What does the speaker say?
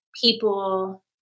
people